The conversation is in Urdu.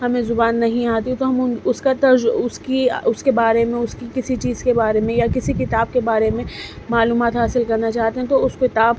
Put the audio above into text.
ہمیں زبان نہیں آتی تو ہم ان اس کا طرز اس کی اس کے بارے میں اس کی کسی چیز کے بارے میں یا کسی کتاب کے بارے میں معلومات حاصل کرنا چاہتے ہیں تو اس کتاب